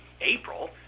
April